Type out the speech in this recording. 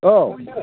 औ